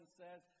says